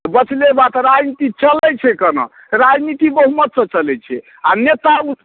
तऽ बचलै बात राजनीति चलैत छै केना तऽ राजनीति बहुमतसँ चलैत छै आ नेता